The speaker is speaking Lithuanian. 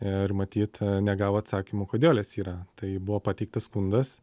ir matyt negavo atsakymo kodėl jos yra tai buvo pateiktas skundas